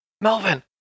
Melvin